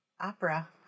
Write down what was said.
Opera